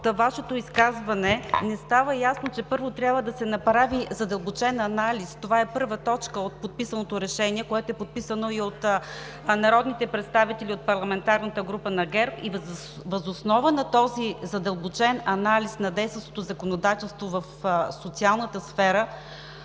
Вашето изказване не става ясно, че първо трябва да се направи задълбочен анализ – това е първа точка от подписаното решение, което е подписано и от народните представители от парламентарната група на ГЕРБ, и въз основа на този задълбочен анализ на действащото законодателство в социалната сфера